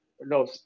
no